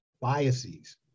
biases